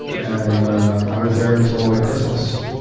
and i was there until like christmas.